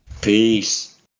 Peace